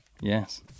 Yes